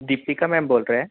Deepika ma'am बोल रहे हैं